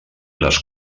les